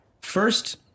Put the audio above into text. first